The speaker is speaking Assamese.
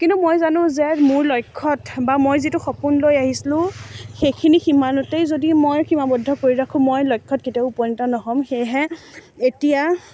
কিন্তু মই জানোঁ যে মোৰ লক্ষ্যত বা মই যিটো সপোন লৈ আহিছিলোঁ সেইখিনি সিমানতেই যদি মই সীমাবদ্ধ কৰি ৰাখোঁ মই লক্ষ্যত কেতিয়াও উপনিত নহ'ম সেয়েহে এতিয়া